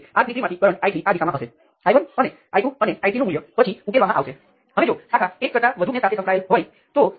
તેથી તમારી n નોડવાળી સર્કિટમાં ફક્ત n ઘટકોનો સમાવેશ થાય છે જ્યારે ત્યાં એક લૂપ છે